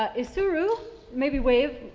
ah is suru maybe wave.